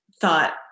thought